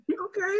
Okay